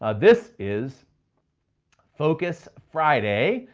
ah this is focus friday.